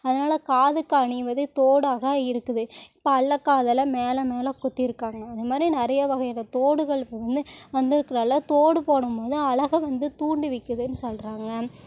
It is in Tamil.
அதனால காதுக்கு அணிவது தோடாக இருக்குது இப்போ அல்லக் காதெல்லாம் மேலே மேலே குத்தியிருக்காங்க அது மாதிரி நிறைய வகையான தோடுகள் இப்போ வந்து வந்துருக்கிறனால் தோடு போடும் போதும் அழகை வந்து தூண்டிவிக்குதுன்னு சொல்கிறாங்க